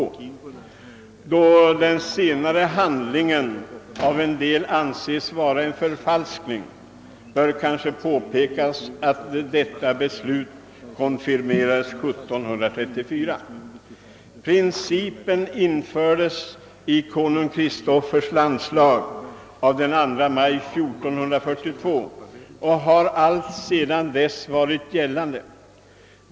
Då den senare handlingen av en del anses vara en förfalskning, bör kanske påpekas att detta beslut konfirmerades 1734. Principen infördes i konung Kristoffers landslag av den 2 maj 1442 och har alltsedan dess varit gällande.